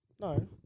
No